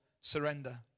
surrender